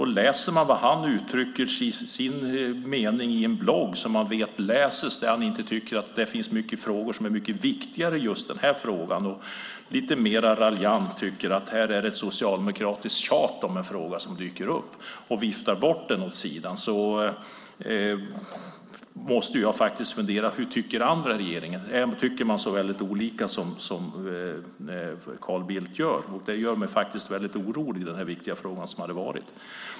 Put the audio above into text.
Han uttrycker i en blogg att det finns många frågor som är mycket viktigare än just denna fråga. Han uttrycker lite raljant att det är socialdemokratiskt tjat om en fråga som dyker upp, och han viftar bort den. Jag funderar då på vad andra i regeringen tycker. Tycker man så mycket annorlunda än Carl Bildt? Det gör mig faktiskt väldigt orolig när det gäller denna viktiga fråga.